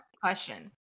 question